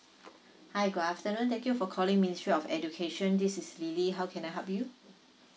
hi good afternoon thank you for calling ministry of education this is lily how can I help you